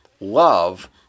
love